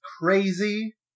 crazy